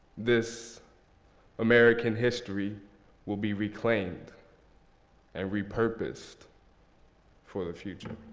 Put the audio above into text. this american history will be reclaimed and repurposed for the future.